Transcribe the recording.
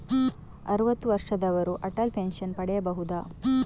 ಅರುವತ್ತು ವರ್ಷದವರು ಅಟಲ್ ಪೆನ್ಷನ್ ಪಡೆಯಬಹುದ?